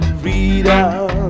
freedom